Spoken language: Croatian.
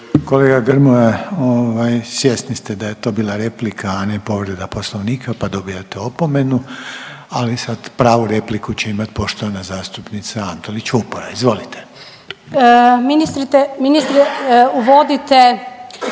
Kolega Grmoja ovaj, svjesni ste da je to bila replika, a ne povreda Poslovnika pa dobijate opomenu, ali sad pravu repliku će imati poštovana zastupnica Antolić Vupora, izvolite. **Antolić